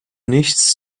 nichts